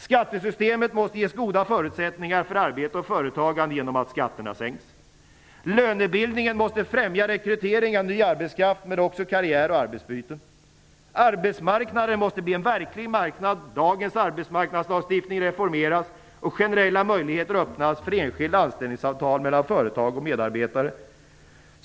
Skattesystemet måste ge goda förutsättningar för arbete och företagande genom att skatterna sänks. Lönebildningen måste främja rekrytering av ny arbetskraft men också karriär och arbetsbyten. Arbetsmarknaden måste bli en verklig marknad. Dagens arbetsmarknadslagstiftning måste reformeras och generella möjligheter öppnas för enskilda anställningsavtal mellan företag och medarbetare.